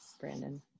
Brandon